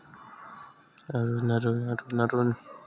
का का के फसल जल्दी हो जाथे?